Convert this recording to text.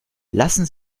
lassen